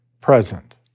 present